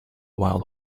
wild